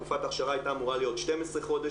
תקופת ההכשרה הייתה אמורה להיות 12 חודש.